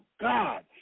God